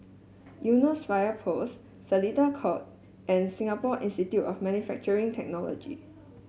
Eunos Fire Post Seletar Court and Singapore Institute of Manufacturing Technology